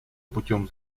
путем